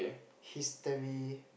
history